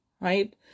right